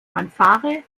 fanfare